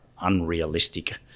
unrealistic